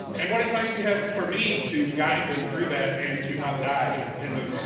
and what advice do you have for me to guide them through that and to not die in those.